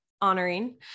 Honoring